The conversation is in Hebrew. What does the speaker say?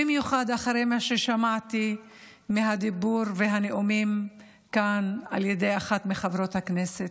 במיוחד אחרי מה ששמעתי מהדיבור והנאומים כאן על ידי אחת מחברות הכנסת.